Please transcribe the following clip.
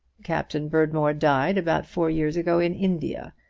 captain berdmore died about four years ago in india,